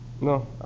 No